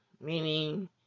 meaning